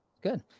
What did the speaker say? good